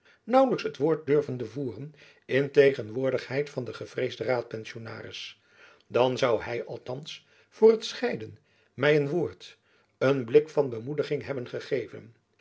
naauwelijks het woord durvende voeren in tegenwoordigheid van den gevreesden raadpensionaris dan zoû hy althands voor t scheiden my een woord een blik van bemoediging hebben gegeven